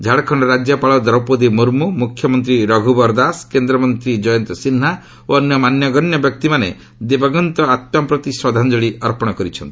ଝାଡ଼ଖଣ୍ଡ ରାଜ୍ୟପାଳ ଦୌପ୍ରଦୀ ମୁର୍ମୁ ମୁଖ୍ୟମନ୍ତ୍ରୀ ରଘୁବର ଦାସ କେନ୍ଦ୍ରମନ୍ତ୍ରୀ କୟନ୍ତ ସିହ୍ନା ଓ ଅନ୍ୟ ମାନ୍ୟଗଣ୍ୟ ବ୍ୟକ୍ତିମାନେ ଦିବଂଗତ ଆତ୍ମାପ୍ରତି ଶ୍ରଦ୍ଧାଞ୍ଜଳି ଅର୍ପଣ କରିଛନ୍ତି